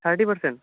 thirty percent